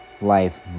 life